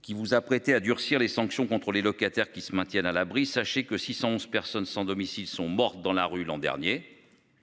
qui vous apprêtez à durcir les sanctions contre les locataires qui se maintiennent à l'abri, sachez que 611 personnes sans domicile sont mortes dans la rue l'an dernier.